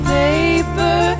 paper